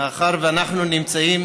מאחר שאנחנו נמצאים